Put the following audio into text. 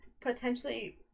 potentially